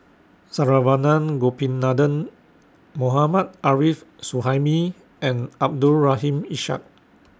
Saravanan Gopinathan Mohammad Arif Suhaimi and Abdul Rahim Ishak